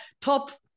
top